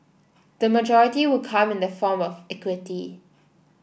the majority will come in the form of equity